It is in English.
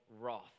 wrath